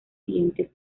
siguientes